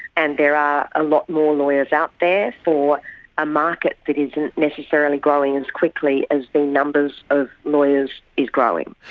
and there are a lot more lawyers out there for a market that isn't necessarily growing as quickly as the numbers of lawyers is growing.